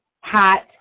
hat